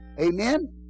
Amen